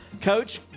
Coach